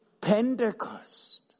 Pentecost